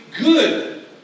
good